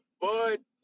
Bud